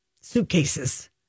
suitcases